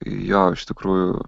jo iš tikrųjų